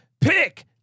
pick